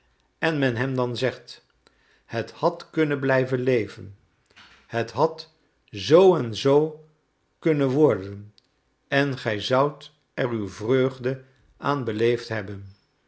en men hem dan zegt het had kunnen blijven leven het had zoo en zoo kunnen worden en gij zoudt er uw vreugde aan beleefd hebben